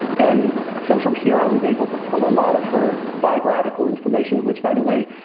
and so from here i was able to pull a lot of her biographical information, which by the way,